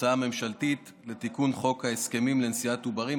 הצעה ממשלתית לתיקון חוק ההסכמים לנשיאת עוברים,